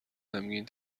غمگین